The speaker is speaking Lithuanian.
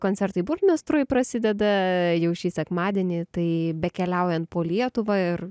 koncertai burmistrui prasideda jau šį sekmadienį tai bekeliaujant po lietuvą ir